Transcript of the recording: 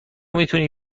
میتونی